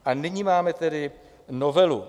A nyní máme tedy novelu.